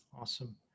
Awesome